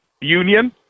union